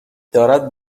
دارد